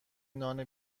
نان